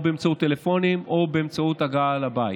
או באמצעות טלפונים או באמצעות הגעה לבית,